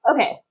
Okay